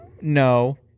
No